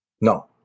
No